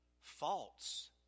false